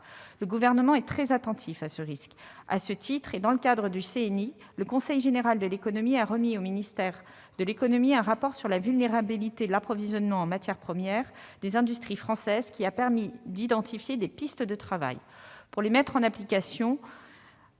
Le Gouvernement est très attentif à ce risque. À ce titre, et dans le cadre du Conseil national de l'industrie, le CNI, le Conseil général de l'économie a remis au ministère de l'économie un rapport sur la vulnérabilité de l'approvisionnement en matières premières des industries françaises, ce qui a permis d'identifier plusieurs pistes de travail. Pour les mettre en application,